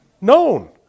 Known